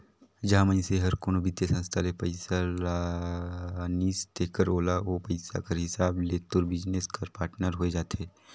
जहां मइनसे हर कोनो बित्तीय संस्था ले पइसा लानिस तेकर ओला ओ पइसा कर हिसाब ले तोर बिजनेस कर पाटनर होए जाथे